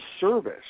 service